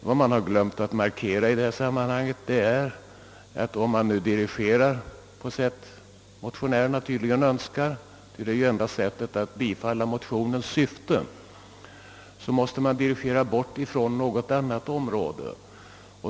Vad man har glömt att markera i detta sammanhang är att om man nu dirigerar kapitalet på så sätt som motionärerna tydligen önskar — det är ju enda sättet att tillgodose motionens syfte — så måste man dirigera bort det från något annat område.